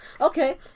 Okay